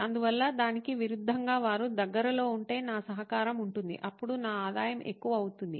అందువల్ల దానికి విరుద్ధంగా వారు దగ్గరలో ఉంటే నా సహకారం ఉంటుంది అప్పుడు నా ఆదాయం ఎక్కువ అవుతుంది